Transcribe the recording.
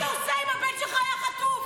מה היית עושה אם הבן שלך היה חטוף?